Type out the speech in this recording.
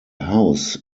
house